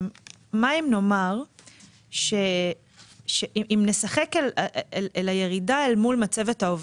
מה אם נאמר שנשחק על הירידה אל מול מצבת העובדים?